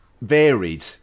varied